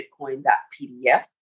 bitcoin.pdf